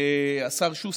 השר שוסטר.